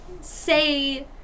say